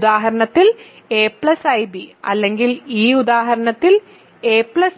ഈ ഉദാഹരണത്തിൽ നിങ്ങൾ a ib അല്ലെങ്കിൽ ഈ ഉദാഹരണത്തിൽ a